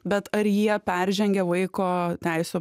bet ar jie peržengia vaiko teisių